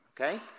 Okay